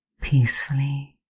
Peacefully